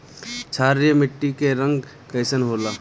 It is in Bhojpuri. क्षारीय मीट्टी क रंग कइसन होला?